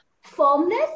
Firmness